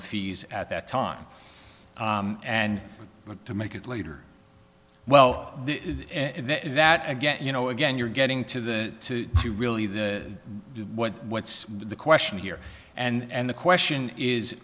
of fees at that time and to make it later well that again you know again you're getting to the to really the what what's the question here and the question is